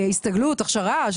הסתגלות, הכשרה.